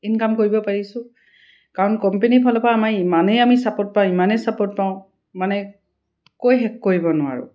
income কৰিব পাৰিছোঁ কাৰণ কোম্পেনীৰফালৰপৰা আমাৰ ইমানেই আমি চাপৰ্ট পাওঁ ইমানেই চাপৰ্ট পাওঁ মানে কৈ শেষ কৰিব নোৱাৰোঁ